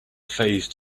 phase